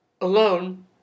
alone